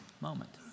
moment